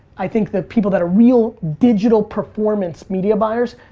i think the people that are real digital performance media buyers,